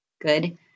good